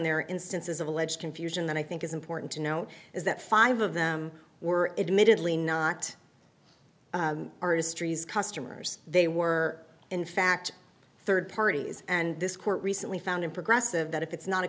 their instances of alleged confusion that i think is important to note is that five of them were admittedly not our histories customers they were in fact third parties and this court recently found in progressive that if it's not a